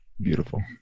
Beautiful